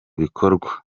bikorwa